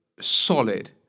solid